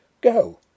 Go